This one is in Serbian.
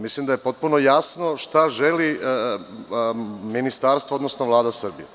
Mislim da je potpuno jasno šta želi ministarstvo, odnosno Vlada Srbije.